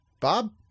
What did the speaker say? Bob